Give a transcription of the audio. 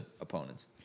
opponents